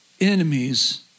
enemies